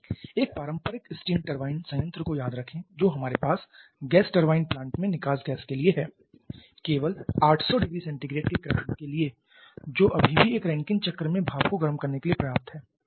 एक पारंपरिक steam turbine संयंत्र को याद रखें जो हमारे पास गैस टरबाइन प्लांट में निकास गैस के लिए है केवल 800℃ के क्रम के लिए जो अभी भी एक रेकिन चक्र में भाप को गर्म करने के लिए पर्याप्त है